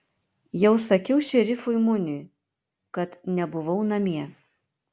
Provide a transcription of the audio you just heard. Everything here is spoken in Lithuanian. jau sakiau šerifui muniui kad nebuvau namie